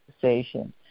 conversation